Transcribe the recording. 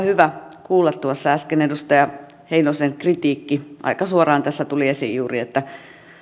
hyvä kuulla tuossa äsken edustaja heinosen kritiikki aika suoraan tässä tuli esiin juuri